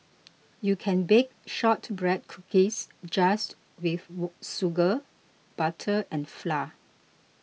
you can bake Shortbread Cookies just with sugar butter and flour